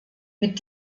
mit